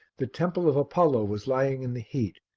the temple of apollo was lying in the heat,